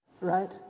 Right